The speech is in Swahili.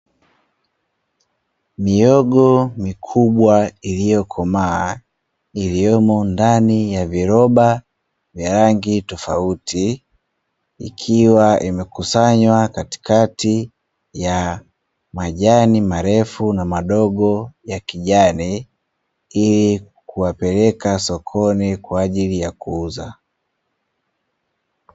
Mihogo mikubwa iliyokomaa, iliyomo ndani ya viroba vya rangi tofauti, ikiwa imekusanywa katikati ya majani marefu na madogo ya kijani, ili kuyapeleka sokoni kwa ajili ya kuuza.